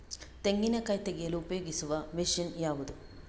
ತೆಂಗಿನಕಾಯಿ ತೆಗೆಯಲು ಉಪಯೋಗಿಸುವ ಮಷೀನ್ ಯಾವುದು?